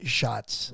shots